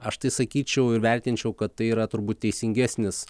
aš tai sakyčiau ir vertinčiau kad tai yra turbūt teisingesnis